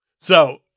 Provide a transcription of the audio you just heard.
So-